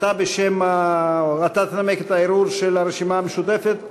אתה תנמק את הערעור של הרשימה המשותפת?